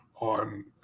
on